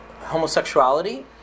homosexuality